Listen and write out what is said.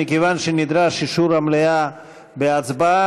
מכיוון שנדרש אישור של המליאה בהצבעה,